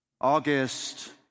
August